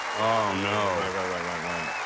no. right, right, right, right, right.